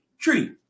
tree